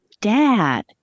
dad